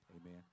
Amen